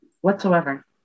whatsoever